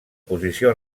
posició